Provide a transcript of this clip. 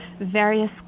various